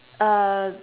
uh